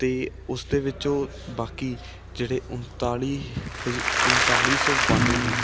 ਅਤੇ ਉਸ ਦੇ ਵਿੱਚੋਂ ਬਾਕੀ ਜਿਹੜੇ ਉਨਤਾਲੀ ਹਜ ਉਨਤਾਲੀ ਸੌ ਬਾਨਵੇਂ